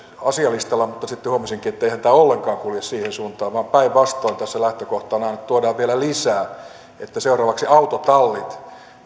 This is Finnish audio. asialistalla mutta sitten huomasinkin etteihän tämä ollenkaan kulje siihen suuntaan vaan päinvastoin tässä lähtökohtana on että tuodaan vielä lisää että seuraavaksi myös autotallit